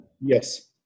Yes